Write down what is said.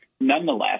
Nonetheless